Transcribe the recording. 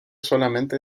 solamente